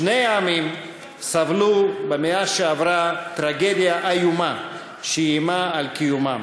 שני העמים סבלו במאה שעברה טרגדיה איומה שאיימה על קיומם.